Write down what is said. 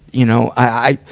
you know, i,